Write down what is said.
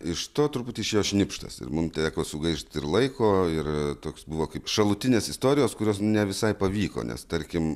iš to turbūt išėjo šnipštas ir mum teko sugaišt ir laiko ir toks buvo kaip šalutinės istorijos kurios ne visai pavyko nes tarkim